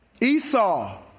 Esau